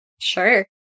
Sure